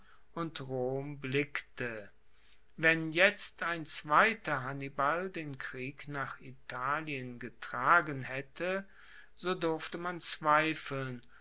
und rom blickte wenn jetzt ein zweiter hannibal den krieg nach italien getragen haette so durfte man zweifeln